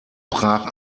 brach